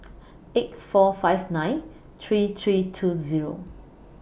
eight four five nine three three two Zero